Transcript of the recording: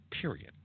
period